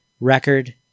record